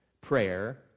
prayer